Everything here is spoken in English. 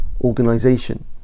organization